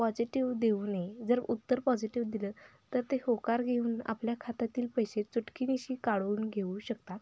positive देऊ नये जर उत्तर पॉझिटिव्ह दिलं तर ते होकार घेऊन आपल्या खात्यातील पैसे चुटकीनिशी काढून घेऊ शकतात